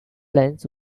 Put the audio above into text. lines